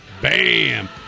Bam